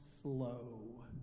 slow